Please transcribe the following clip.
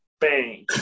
bang